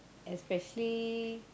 especially